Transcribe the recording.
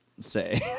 say